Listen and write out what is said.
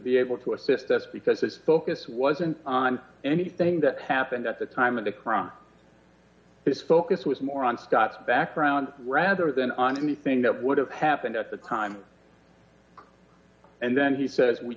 be able to assist us because his focus wasn't on anything that happened at the time of the crime his focus was more on scott's background rather than on anything that would have happened at the time and then he says we